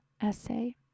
essay